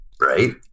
Right